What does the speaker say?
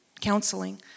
counseling